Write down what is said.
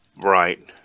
Right